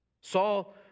Saul